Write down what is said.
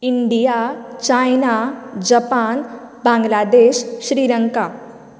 India China Japan Bangladesh Sri Lanka